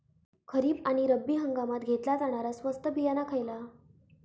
खरीप आणि रब्बी हंगामात घेतला जाणारा स्वस्त बियाणा खयला?